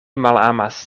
malamas